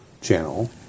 channel